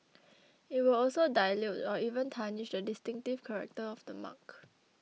it will also dilute or even tarnish the distinctive character of the mark